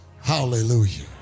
Hallelujah